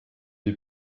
die